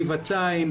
גבעתיים,